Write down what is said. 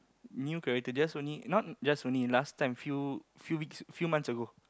new character just only now just only last time few few weeks few months ago